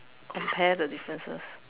compare the differences